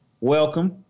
Welcome